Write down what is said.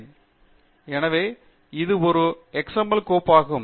slide time 0110 ஐ பார்க்கவும் எனவே இது ஒரு எக்ஸ்எம்எல் கோப்பாகும்